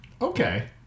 Okay